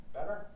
Better